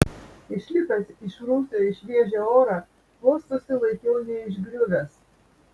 išlipęs iš rūsio į šviežią orą vos susilaikiau neišgriuvęs